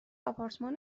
آپارتمان